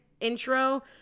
intro